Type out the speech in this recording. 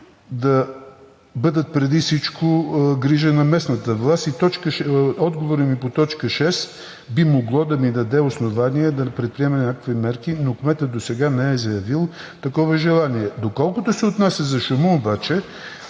да бъдат преди всичко грижа на местната власт, и отговорът ми по точка шест би могло да ми даде основание да предприема някакви мерки, но кметът досега не е заявил такова желание. Доколкото се отнася за шума обаче,